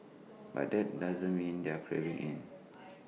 but that doesn't mean they're caving in